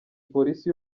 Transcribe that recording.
polisi